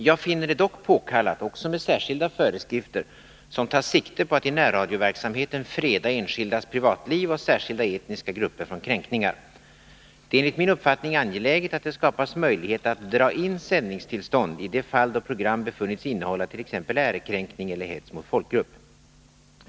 Jag finner det dock påkallat också med särskilda föreskrifter som tar sikte på att i närradioverksamheten freda enskildas privatliv och särskilda etniska grupper från kränkningar. Det är enligt min uppfattning angeläget att det skapas möjlighet att dra in sändningstillstånd i de fall då program befunnits innehålla t.ex. ärekränkning eller hets mot folkgrupp.